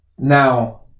Now